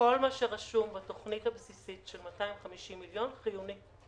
כל מה שרשום בתוכנית הבסיסית של 250 מיליון חיוני.